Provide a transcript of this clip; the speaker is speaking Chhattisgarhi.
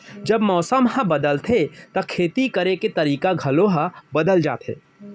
जब मौसम ह बदलथे त खेती करे के तरीका ह घलो बदल जथे?